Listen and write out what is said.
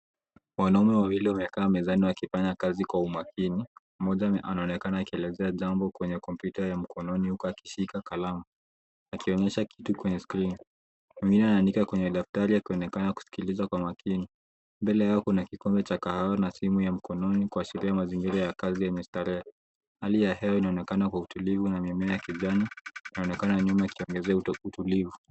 Wanaume wawili wamekaa mezani wakifanya kazi kwa umakini. Mmoja anaonekana akielezea jambo kwenye kompyuta ya mkononi huku akishika kalamu akionyesha kitu kwenye skrini. Anayeandika kwenye daftari akionekana kusikiliza kwa makini. Mbele yao kuna kikombe cha kahawa na simu ya mkononi kuashiria mazingira ya kazi yenye starehe. Hali ya hewa inaonekana kwa utulivu na mimea ya kijani inaonekana nyuma yakiongezea utulivu.